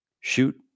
Shoot